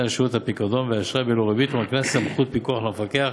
שירותי פיקדון ואשראי בלא ריבית ומקנה סמכויות פיקוח למפקח.